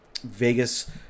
Vegas